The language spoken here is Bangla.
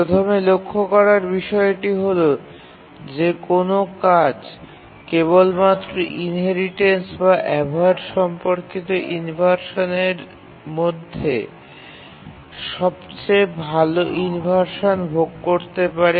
প্রথমে লক্ষ্য করার বিষয়টি হল যে কোনও কাজ কেবলমাত্র ইনহেরিটেন্স বা অ্যাভয়েড সম্পর্কিত ইনভারশান মধ্যে সবচেয়ে ভাল ইনভারশান ব্যবহার করতে পারে